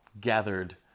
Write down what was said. gathered